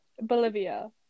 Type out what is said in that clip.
Bolivia